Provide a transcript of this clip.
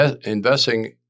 investing